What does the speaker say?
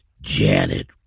Janet